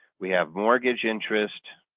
we have mortgage interest,